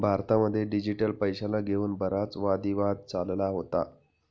भारतामध्ये डिजिटल पैशाला घेऊन बराच वादी वाद चालला होता